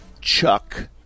Chuck